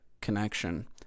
connection